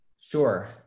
Sure